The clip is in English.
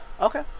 Okay